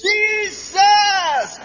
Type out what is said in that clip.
Jesus